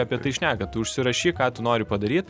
apie tai šneka tu užsirašyk ką tu nori padaryt